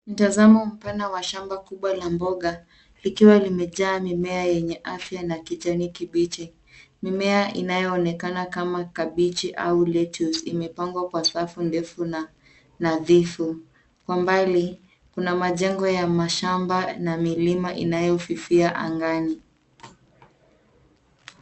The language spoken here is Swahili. Mtazamo mfulana wa shamba kubwa la mboga likiwa limejaa mimea yenye afya na kijani kibichi. Mimea inayoonekana kama kabichi au letus. imepangwa kwa safu ndefu na nadhifu. Kwa umbali kuna majengo ya mashamba na milima inayofifia angani.